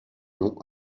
non